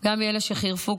גם מאלה שחירפו,